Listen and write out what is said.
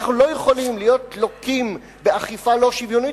אנחנו לא יכולים להיות לוקים באכיפה לא שוויונית.